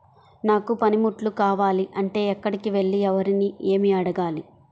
నాకు పనిముట్లు కావాలి అంటే ఎక్కడికి వెళ్లి ఎవరిని ఏమి అడగాలి?